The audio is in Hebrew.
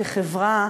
כחברה,